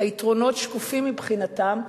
היתרונות שקופים מבחינתם,